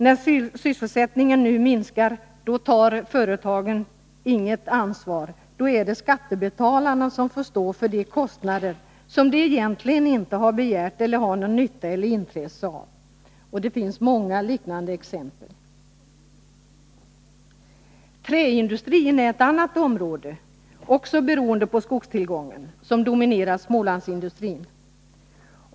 När sysselsättningen nu minskar tar företagen inget ansvar, då är det skattebetalarna som får stå för kostnader som de egentligen inte har någon nytta eller något intresse av. Det finns många liknande exempel. Träindustrin är ett annat område — också beroende på skogstillgången — som har dominerat Smålandsindustrin.